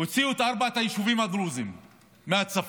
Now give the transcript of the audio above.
שהוציאו את ארבעת היישובים הדרוזיים מהצפון,